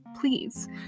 Please